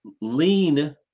lean